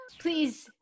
Please